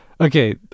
Okay